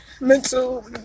mental